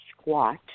squat